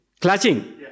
Clutching